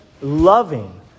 loving